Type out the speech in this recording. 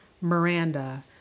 Miranda